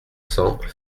cents